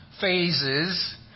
phases